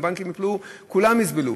אם הבנקים ייפלו כולם יסבלו,